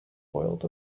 boiled